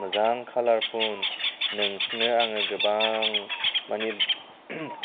मोजां खालार फुन नोंनो आङो गोबां मानि